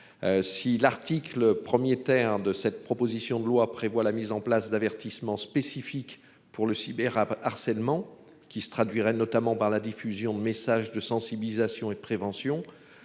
Si l'article 1er, terre de cette proposition de loi prévoit la mise en place d'avertissement spécifique pour le cyber harcèlement qui se traduirait notamment par la diffusion de messages de sensibilisation et de prévention.